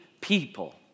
people